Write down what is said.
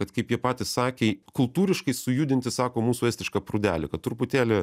kad kaip jie patys sakė kultūriškai sujudinti sako mūsų estišką prūdelį kad truputėlį